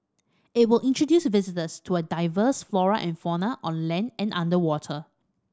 it will introduce visitors to a diverse flora and fauna on land and underwater